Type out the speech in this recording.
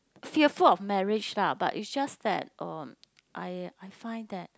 fearful of marriage lah but is just that uh I I find that